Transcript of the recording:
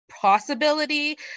possibility